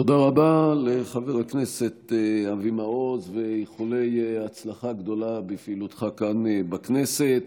תודה רבה לחבר הכנסת אבי מעוז ואיחולי הצלחה גדולה בפעילותך כאן בכנסת.